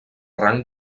rang